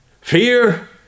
Fear